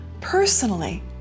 personally